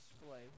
display